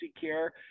care